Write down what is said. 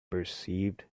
perceived